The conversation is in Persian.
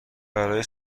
برای